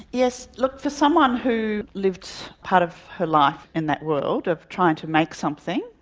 yes, look, for someone who lived part of her life in that world of trying to make something,